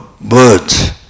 Birds